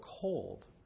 cold